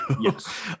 Yes